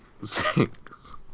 Six